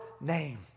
name